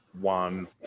one